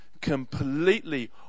completely